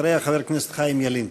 אחריה, חבר הכנסת חיים ילין.